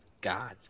God